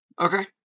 Okay